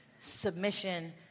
submission